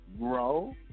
Grow